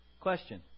Question